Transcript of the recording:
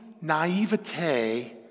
naivete